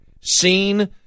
seen